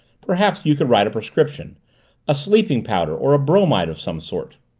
perhaps you could write a prescription a sleeping-powder or a bromide of some sort.